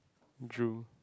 drew